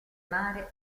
mare